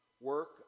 work